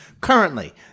Currently